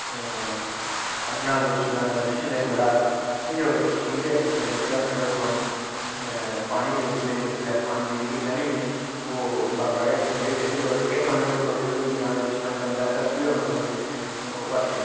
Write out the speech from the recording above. पंजाह् परसैंट निक्के बच्चे ऐसे हैन ग्राएं दे बिच्च डोगरी गी बड़ा ठीक समझदे और ग्राएं दे बिच्च पंजाह् नी बल्कि सट्ठ परसैंट टोटल पापुलेशन अबादी बच्चें दे बिच ग्राएं दे बिच